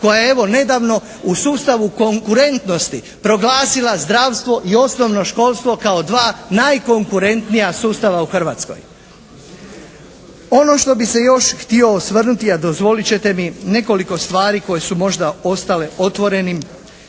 koja je evo, nedavno u sustavu konkurentnosti proglasila zdravstvo i osnovno školstvo kao dva najkonkurentnija sustava u Hrvatskoj. Ono što bi se još htio osvrnuti a dozvolit ćete mi, nekoliko stvari koje su možda ostale otvorenim.